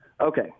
Okay